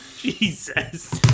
Jesus